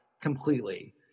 completely